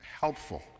helpful